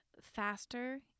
faster